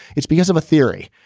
it's because of a theory.